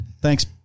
Thanks